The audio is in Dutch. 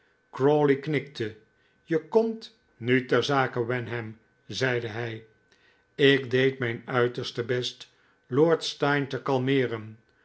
crawley knikte e komt nu ter zake wenham zeide hij ik deed mijn uiterste best lord steyne te kalmeeren